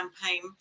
campaign